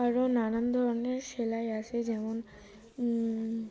আরও নানান ধরনের সেলাই আসে যেমন